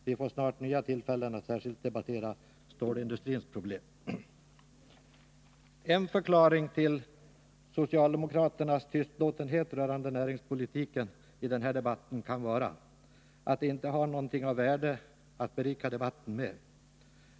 Vi får snart nya tillfällen att särskilt debattera stålindustrins problem. En förklaring till socialdemokraternas tystlåtenhet rörande näringspolitiken i den här debatten kan vara att de inte har någonting av värde att berika debatten med.